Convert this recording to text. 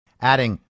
adding